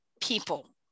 people